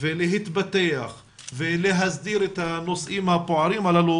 ולהתפתח ולהסדיר את הנושאים הבוערים הללו,